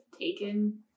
taken